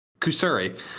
kusuri